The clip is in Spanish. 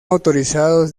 autorizados